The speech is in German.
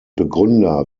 begründer